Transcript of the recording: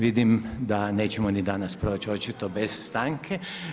Vidim da nećemo ni danas proći očito bez stanke.